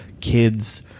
kids